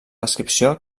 descripció